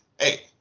hey